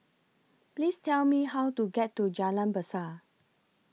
Please Tell Me How to get to Jalan Berseh